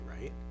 right